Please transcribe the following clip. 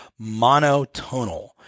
monotonal